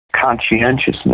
conscientiousness